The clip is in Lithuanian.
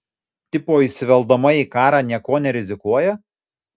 tipo įsiveldama į karą niekuo nerizikuoja